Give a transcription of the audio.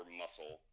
muscle